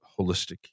holistic